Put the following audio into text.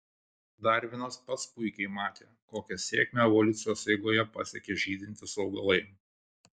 darvinas pats puikiai matė kokią sėkmę evoliucijos eigoje pasiekė žydintys augalai